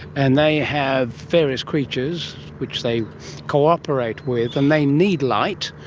and they have various creatures which they co-operate with and they need light,